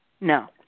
No